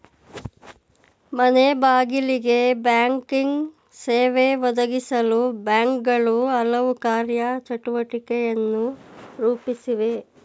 ಮನೆಬಾಗಿಲಿಗೆ ಬ್ಯಾಂಕಿಂಗ್ ಸೇವೆ ಒದಗಿಸಲು ಬ್ಯಾಂಕ್ಗಳು ಹಲವು ಕಾರ್ಯ ಚಟುವಟಿಕೆಯನ್ನು ರೂಪಿಸಿವೆ